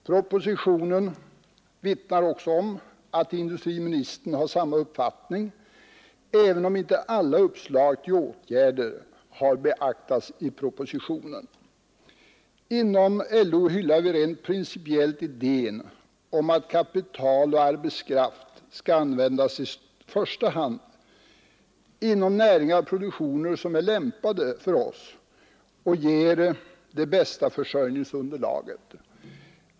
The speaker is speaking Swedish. Propositionen vittnar också om att industriministern har samma uppfattning, även om inte alla uppslag till åtgärder har beaktats i propositionen. Inom LO hyllar vi rent principiellt idén att kapital och arbetskraft skall användas i första hand inom näringar och produktioner som är lämpade för oss och ger det bästa försörjningsunderlaget.